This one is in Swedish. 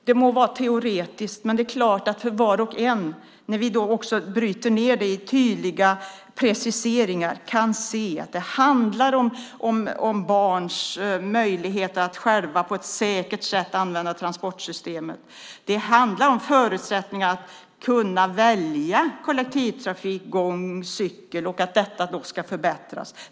Det må vara teoretiskt, men när vi bryter ned det i tydliga preciseringar kan var och en se att det handlar om barns möjligheter att själva på ett säkert sätt kunna använda transportsystemet och att det handlar om förutsättningar för att välja kollektivtrafik, för att gå och för att cykla. Detta ska förbättras.